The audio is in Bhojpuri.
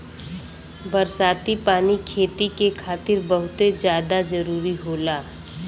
बरसाती पानी खेती के खातिर बहुते जादा जरूरी होला